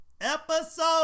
Episode